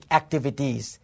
activities